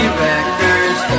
records